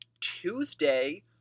Tuesday